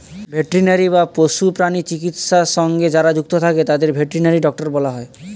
veterinary বা পশু প্রাণী চিকিৎসা সঙ্গে যারা যুক্ত তাদের ভেটেরিনারি ডক্টর বলা হয়